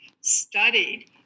studied